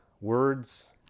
words